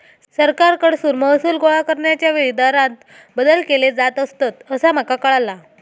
सरकारकडसून महसूल गोळा करण्याच्या वेळी दरांत बदल केले जात असतंत, असा माका कळाला